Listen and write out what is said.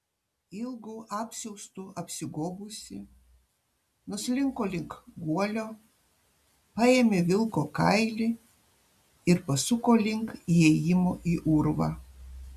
ilgu apsiaustu apsigobusi nuslinko link guolio paėmė vilko kailį ir pasuko link įėjimo į urvą